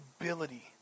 ability